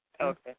Okay